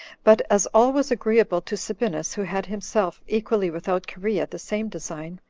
but as all was agreeable to sabinus, who had himself, equally without cherea, the same design,